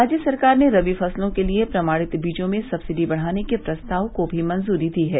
राज्य सरकार ने रवी फसलों के लिए प्रमाणित बीजों में सब्सिटी बढ़ाने के प्रस्ताव को भी मंजूरी दी है